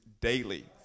daily